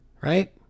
right